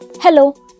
Hello